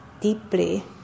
deeply